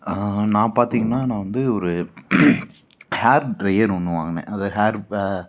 நான் பார்த்தீங்கனா நா வந்து ஒரு ஹேர் ட்ரையர் ஒன்று வாங்கினேன் அந்த ஹேர் வே